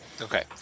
Okay